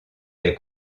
des